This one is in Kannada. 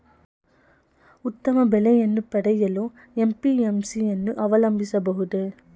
ಉತ್ತಮ ಬೆಲೆಯನ್ನು ಪಡೆಯಲು ಎ.ಪಿ.ಎಂ.ಸಿ ಯನ್ನು ಅವಲಂಬಿಸಬಹುದೇ?